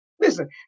Listen